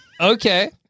Okay